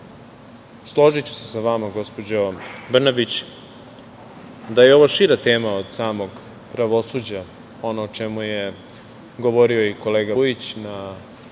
složiću se sa vama, gospođo Brnabić, da je ovo šira tema od samog pravosuđa, ono o čemu je govorio i kolega Vujić u